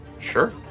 Sure